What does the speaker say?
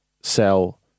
sell